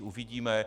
Uvidíme.